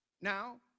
now